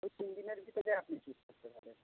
ওই তিন দিনের ভিতরে আপনি চুজ করতে পারেন